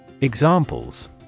Examples